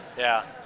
yeah.